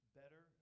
better